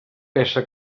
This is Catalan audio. peça